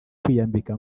kwiyambika